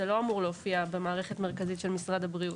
זה לא אמור להופיע במערכת המרכזית של משרד הבריאות.